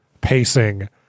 pacing